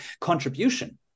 contribution